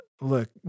Look